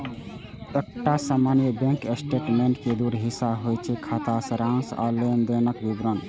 एकटा सामान्य bank statement के दू हिस्सा होइ छै, खाता सारांश आ लेनदेनक विवरण